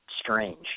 strange